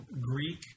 Greek